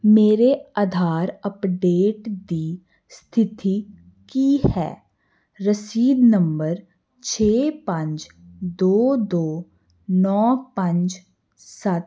ਮੇਰੇ ਆਧਾਰ ਅੱਪਡੇਟ ਦੀ ਸਥਿਤੀ ਕੀ ਹੈ ਰਸੀਦ ਨੰਬਰ ਛੇ ਪੰਜ ਦੋ ਦੋ ਨੌਂ ਪੰਜ ਸੱਤ